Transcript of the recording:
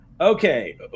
Okay